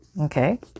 okay